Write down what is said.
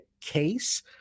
case